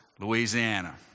Louisiana